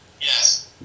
Yes